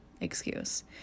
excuse